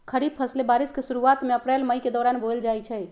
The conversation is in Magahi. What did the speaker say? खरीफ फसलें बारिश के शुरूवात में अप्रैल मई के दौरान बोयल जाई छई